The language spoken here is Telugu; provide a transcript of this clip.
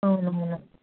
అవునవును